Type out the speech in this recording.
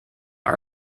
our